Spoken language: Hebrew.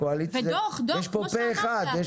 יש פה פה אחד.